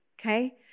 Okay